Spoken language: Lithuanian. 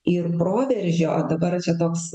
ir proveržio o dabar čia toks